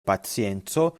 pacienco